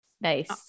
nice